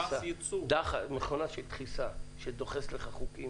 מכונה שדוחסת לך חוקים